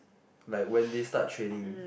like when they start training